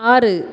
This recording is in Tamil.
ஆறு